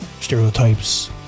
stereotypes